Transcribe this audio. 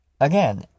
Again